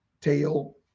tail